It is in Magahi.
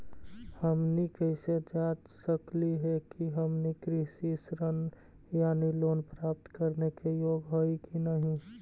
हमनी कैसे जांच सकली हे कि हमनी कृषि ऋण यानी लोन प्राप्त करने के योग्य हई कि नहीं?